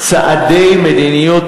צעדי מדיניות